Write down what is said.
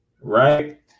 Right